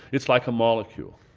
it's like a molecule.